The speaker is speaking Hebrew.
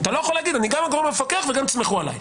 אתה לא יכול להגיד אני גם הגורם המפקח וגם תסמכו עלי.